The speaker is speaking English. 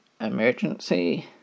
emergency